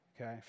okay